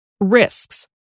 Risks